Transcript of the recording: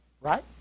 Right